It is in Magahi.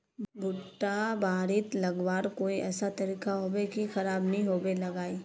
भुट्टा बारित रखवार कोई ऐसा तरीका होबे की खराब नि होबे लगाई?